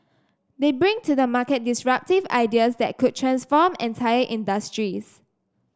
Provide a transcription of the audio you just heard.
they bring to the market disruptive ideas that could transform entire industries